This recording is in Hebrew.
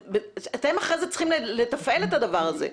אתם אחרי זה צריכים לתפעל את הדבר הזה,